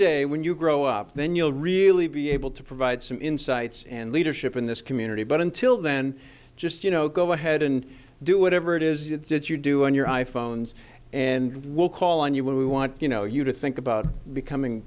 someday when you grow up then you'll really be able to provide some insights and leadership in this community but until then just you know go ahead and do whatever it is you did you do in your i phones and we'll call on you when we want you know you to think about becoming